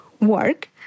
work